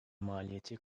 maliyeti